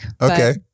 Okay